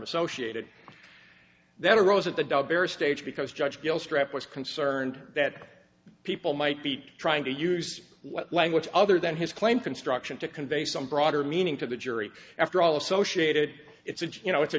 associated that arose at the dog bear stage because judge bell strip was concerned that people might be trying to use what language other than his claim construction to convey some broader meaning to the jury after all associated it's you know it's a